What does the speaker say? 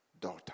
daughter